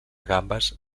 gambes